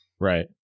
Right